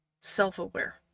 self-aware